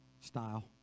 style